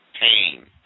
pain